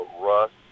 rust